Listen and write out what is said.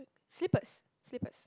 slippers slippers